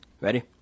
Ready